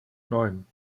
neun